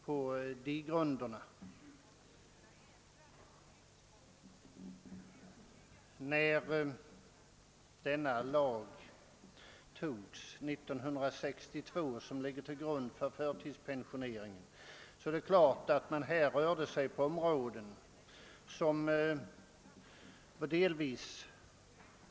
När ifrågavarande lag, som ligger till grund för förtidspensioneringen, antogs 1962 rörde man sig på delvis nya områden.